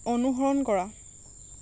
অনুসৰণ কৰা